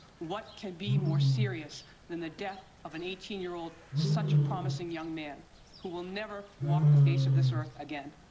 what can be more serious than the death of an eighteen year old, such a promising young man who will never walk the face of this earth again?